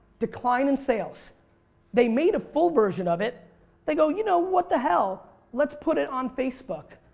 decline in sales they made a full version of it they go, you know, what the hell let's put it on facebook.